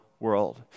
World